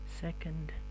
Second